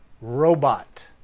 robot